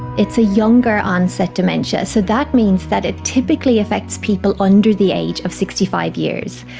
it's a younger onset dementia, so that means that it typically affects people under the age of sixty five years.